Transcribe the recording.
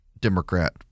Democrat